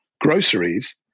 groceries